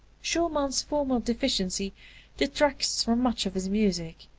schumann's formal deficiency detracts from much of his music,